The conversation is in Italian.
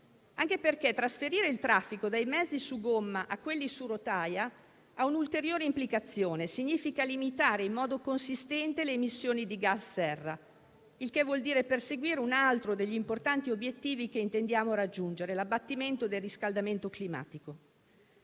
Anche perché trasferire il traffico dai mezzi su gomma a quelli su rotaia ha un'ulteriore implicazione, ossia limitare in modo consistente le emissioni di gas serra. Ciò, peraltro, vuol dire perseguire un altro degli importanti obiettivi che intendiamo raggiungere, ossia l'abbattimento del riscaldamento climatico.